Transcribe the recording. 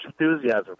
enthusiasm